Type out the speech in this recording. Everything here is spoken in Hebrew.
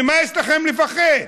ממה יש לכם לפחד?